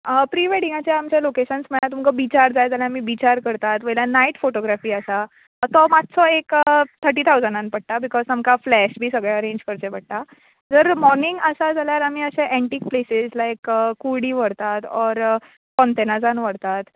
प्रिवेडींगाचे आमचे लोकेशन्स म्हळ्यार तुमकां बिचार जाय जाल्यार आमी बिचार करतात वयल्यार नायट फोटोग्राफी आसा तो मातसो एक थर्टी थावजंडान पडटा बिकोज आमकां फ्लेश बीन सगळें अरेंज करचें पडटा जर मोर्नीग आसा जाल्यार आमी अशें एणटीक प्लेसीस लायक कुर्डी व्हरतात ऑर फोन्तेनाजान व्हरतात